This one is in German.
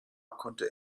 konnte